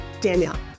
Danielle